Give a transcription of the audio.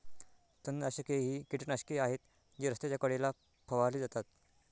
तणनाशके ही कीटकनाशके आहेत जी रस्त्याच्या कडेला फवारली जातात